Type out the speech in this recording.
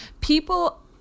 People